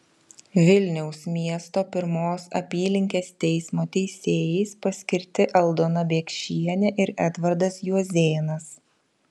vilniaus miesto pirmos apylinkės teismo teisėjais paskirti aldona biekšienė ir edvardas juozėnas